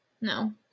no